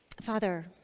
Father